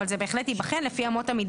אבל זה בהחלט ייבחן לפי אמות המידה